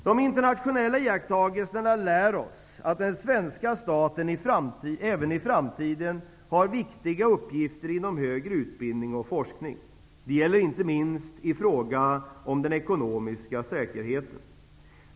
De internationella iakttagelserna lär oss att den svenska staten även i framtiden har viktiga uppgifter inom högre utbildning och forskning. Det gäller inte minst i fråga om den ekonomiska säkerheten.